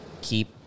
keep